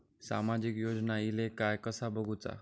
सामाजिक योजना इले काय कसा बघुचा?